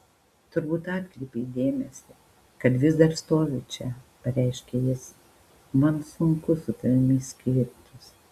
turbūt atkreipei dėmesį kad vis dar stoviu čia pareiškia jis man sunku su tavimi skirtis